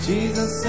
Jesus